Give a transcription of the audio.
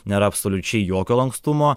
nėra absoliučiai jokio lankstumo